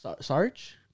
Sarge